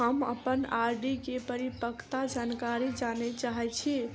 हम अप्पन आर.डी केँ परिपक्वता जानकारी जानऽ चाहै छी